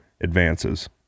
advances